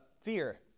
fear